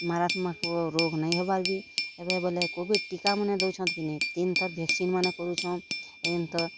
ମାରତ୍ମକ ରୋଗ୍ ନେଇହବାର୍ ବି ଏବେ ବୋଲେ କୋଭିଡ଼୍ ଟିକାମାନେ ଦଉଛନ୍ତି କି ନାଇ ତିନ୍ ଥର୍ ଭାକ୍ସିନ୍ ମାନ୍ କରୁଛନ୍ ଏଇନେ ତ